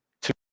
to-